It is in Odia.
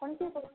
ଆପଣ କିଏ କହୁଥିଲେ